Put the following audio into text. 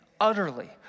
utterly